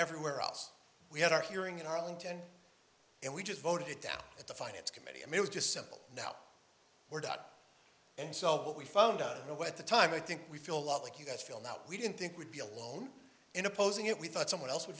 everywhere else we had our hearing in arlington and we just voted it down at the finance committee and it was just simple now we're done and so what we found out of nowhere at the time i think we feel a lot like you that feel that we didn't think we'd be alone in opposing it we thought someone else would